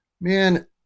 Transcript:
Man